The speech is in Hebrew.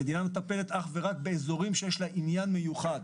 המדינה מטפלת אך ורק באזורים שיש לה עניין מיוחד,